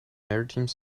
maritime